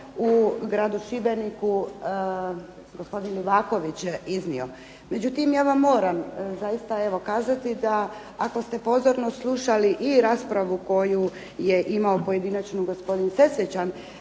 u gradu Šibeniku gospodin Livaković iznio. Međutim, ja vam moram zaista evo kazati da ako ste pozorno slušali i raspravu koju je imao pojedinačnu gospodin Sesvečan,